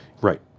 Right